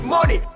Money